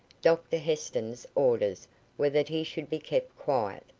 doctor heston's orders were that he should be kept quiet.